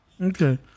Okay